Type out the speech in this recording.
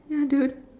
ya dude